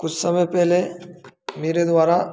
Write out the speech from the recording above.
कुछ समय पहले मेरे द्वारा